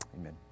amen